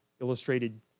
illustrated